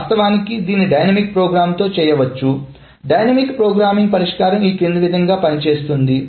వాస్తవానికి దీన్ని dynamic programming తో చేయవచ్చు డైనమిక్ ప్రోగ్రామింగ్ పరిష్కారం క్రింది విధంగా పని చేస్తుంది